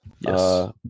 Yes